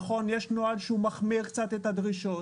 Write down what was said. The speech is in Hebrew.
נכון, יש נוהל שמחמיר קצת את הדרישות,